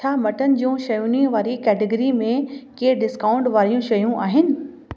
छा मटन जूं शयुनि वारी कैटेगरी में के डिस्काउंट वारियूं शयूं आहिनि